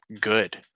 good